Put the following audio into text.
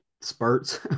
spurts